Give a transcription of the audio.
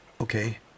Okay